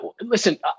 listen